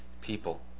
people